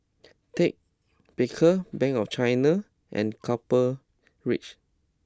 Ted Baker Bank of China and Copper Ridge